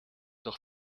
doch